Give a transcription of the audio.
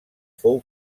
fou